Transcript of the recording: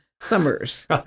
summers